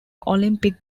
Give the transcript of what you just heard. olympic